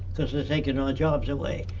because they're taking our jobs away!